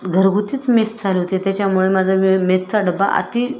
घरगुतीच mess चालवते त्याच्यामुळे माझा मे मेसचा डब्बा अत्ति